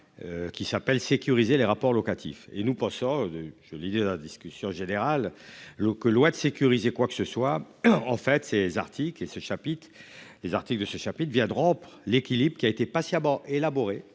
Qui s'appelle sécuriser les rapports locatifs et nous pensons. Je lisais la discussion générale l'que de sécuriser quoi que ce soit en fait ces articles et ce chapitre, les articles de ce chapitres vient de rompre l'équilibre qui a été patiemment élaborée